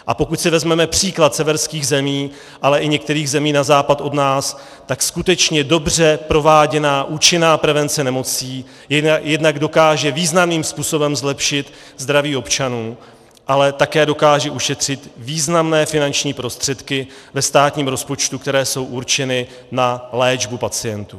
A pokud si vezmeme příklad severských zemí, ale i některých zemí na západ od nás, tak skutečně dobře prováděná účinná prevence nemocí jednak dokáže významným způsobem zlepšit zdraví občanů, ale také dokáže ušetřit významné finanční prostředky ve státním rozpočtu, které jsou určeny na léčbu pacientů.